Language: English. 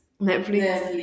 Netflix